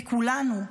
בכולנו,